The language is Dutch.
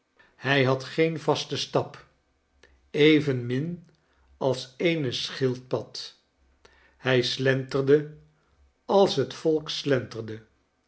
hij had geen vasten stap evenmin als eene schildpad hij slenterde als het volk slenterde